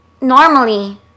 normally